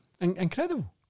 incredible